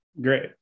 Great